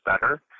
better